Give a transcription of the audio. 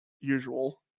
usual